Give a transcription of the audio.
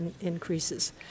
Increases